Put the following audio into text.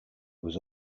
was